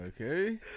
Okay